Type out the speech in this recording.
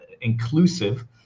inclusive